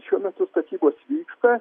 šiuo metu statybos vyksta